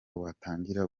watangira